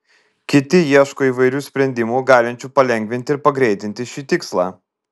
kiti ieško įvairių sprendimų galinčių palengvinti ir pagreitinti šį tikslą